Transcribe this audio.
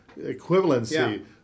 equivalency